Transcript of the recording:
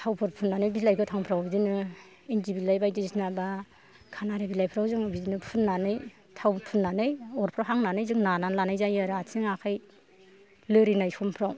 थावफोर फुननानै बिलाइ गोथांफ्राव बिदिनो इन्दि बिलाइ बायदिसिना बा खानारि बिलाइफ्राव जों बिदिनो फुननानै थाव फुननानै अरफ्राव हांनानै जों नानानै लानाय जायो आरो आथिं आखाय लोरिनाय समफ्राव